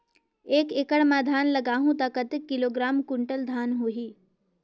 एक एकड़ मां धान लगाहु ता कतेक किलोग्राम कुंटल धान होही?